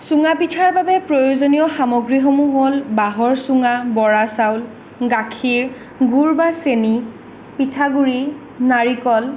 চুঙা পিঠাৰ বাবে প্ৰয়োজনীয়া সামগ্ৰীসমূহ হ'ল বাঁহৰ চুঙা বৰা চাউল গাখীৰ গুড় বা চেনি পিঠাগুৰি নাৰিকল